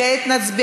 קארין אלהרר,